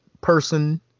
person